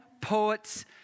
poets